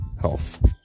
health